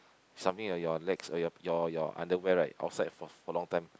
something like your legs your your your underwear outside for for long time